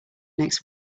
next